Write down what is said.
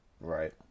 Right